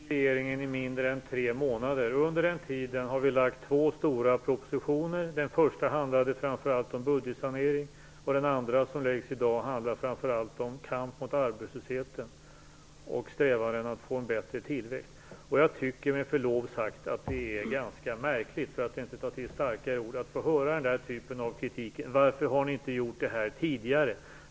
Fru talman! Jag har suttit i regeringen i mindre än tre månader, och under den tiden har vi lagt fram två stora propositioner. Den första handlade framför allt om budgetsanering, och den andra, som läggs fram i dag, handlar framför allt om kamp mot arbetslösheten och strävanden att få en bättre tillväxt. Jag tycker med förlov sagt att det är ganska märkligt - för att inte ta till starkare ord - att få höra den här typen av kritik, som varför vi inte har gjort det här tidigare.